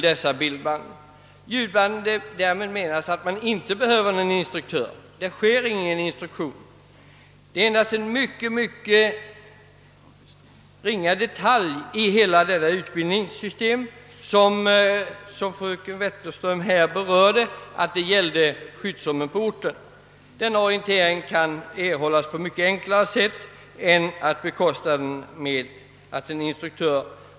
Detta innebär att man inte behöver någon instruktör. = Instruktionen =: beträffande skyddsrummen på orten, vilken fröken Wetterström berörde, är en mycket ringa detalj i denna utbildning. Den orienteringen kan erhållas på ett mycket enklare sätt än genom en instruktör.